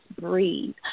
breathe